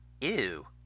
Ew